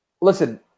Listen